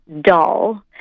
dull